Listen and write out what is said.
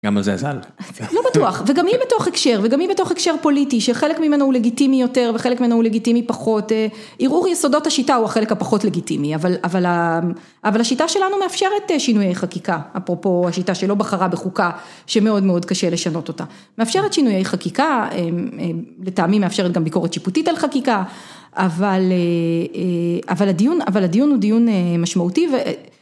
גם על זה אזל. לא בטוח, וגם אם בתוך הקשר, וגם אם בתוך הקשר פוליטי, שחלק ממנו הוא לגיטימי יותר, וחלק ממנו הוא לגיטימי פחות, ערעור יסודות השיטה הוא החלק הפחות לגיטימי, אבל השיטה שלנו מאפשרת שינויי חקיקה, אפרופו השיטה שלא בחרה בחוקה, שמאוד מאוד קשה לשנות אותה. מאפשרת שינויי חקיקה, לטעמי מאפשרת גם ביקורת שיפוטית על חקיקה, אבל הדיון הוא דיון משמעותי.